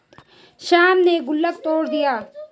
श्याम ने गुल्लक तोड़ दिया